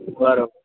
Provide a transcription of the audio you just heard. બરાબર